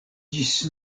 ĝis